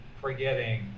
forgetting